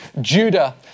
Judah